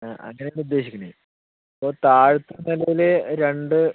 ആ അങ്ങനെയാണ് ഉദ്ദേശിക്കണേ അപ്പോൾ താഴത്തെ നിലയിൽ രണ്ട്